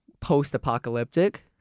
post-apocalyptic